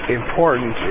important